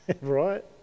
right